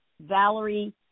Valerie